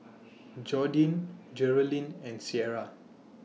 Jordyn Geralyn and Cierra